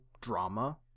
drama